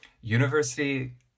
university